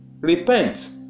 Repent